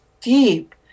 deep